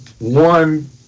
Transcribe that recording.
one